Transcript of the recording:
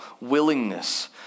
willingness